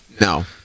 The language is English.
no